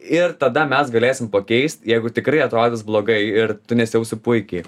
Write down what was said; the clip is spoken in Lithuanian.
ir tada mes galėsim pakeist jeigu tikrai atrodys blogai ir tu nesijausi puikiai